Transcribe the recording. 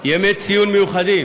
ימי ציון מיוחדים,